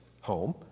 home